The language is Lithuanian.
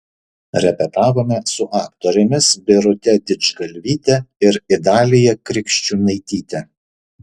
repetavome su aktorėmis birute didžgalvyte ir idalija krikščiūnaityte